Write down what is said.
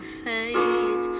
faith